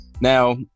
Now